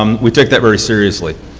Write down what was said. um we take that very seriously.